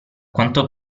quanto